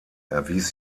erwies